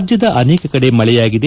ರಾಜ್ಞದ ಅನೇಕ ಕಡೆ ಮಳೆಯಾಗಿದೆ